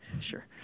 sure